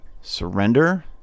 Surrender